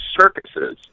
circuses